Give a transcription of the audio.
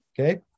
okay